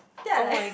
then I like